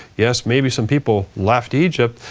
yes, maybe some people left egypt,